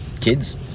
kids